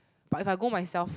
but if I go myself